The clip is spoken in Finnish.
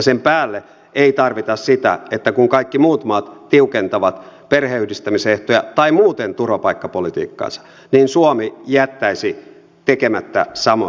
sen päälle ei tarvita sitä että kun kaikki muut maat tiukentavat perheenyhdistämisehtoja tai muuten turvapaikkapolitiikkaansa niin suomi jättäisi tekemättä samoin